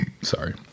sorry